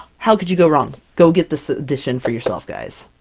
how could you go wrong? go get this edition for yourself guys!